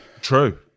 True